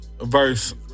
verse